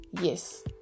Yes